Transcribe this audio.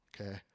Okay